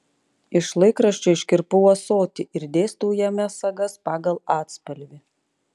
iš laikraščio iškirpau ąsotį ir dėstau jame sagas pagal atspalvį